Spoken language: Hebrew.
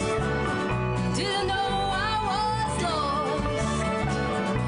וצברתי עוד ועוד תסכולים.